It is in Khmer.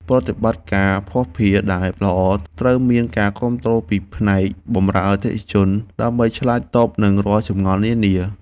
ប្រតិបត្តិការភស្តុភារដែលល្អត្រូវមានការគាំទ្រពីផ្នែកបម្រើអតិថិជន ដើម្បីឆ្លើយតបនឹងរាល់ចម្ងល់នានា។